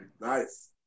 Nice